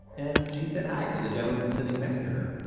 and she said hi to the gentleman sitting next to her.